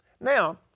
Now